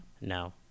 No